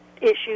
issues